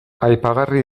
aipagarri